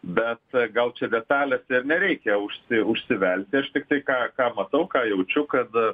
bet gal čia detalėse ir nereikia užsi užsivelti aš tiktai ką ką matau ką jaučiu kad